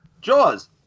Jaws